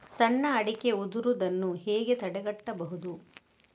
ಸಣ್ಣ ಅಡಿಕೆ ಉದುರುದನ್ನು ಹೇಗೆ ತಡೆಗಟ್ಟಬಹುದು?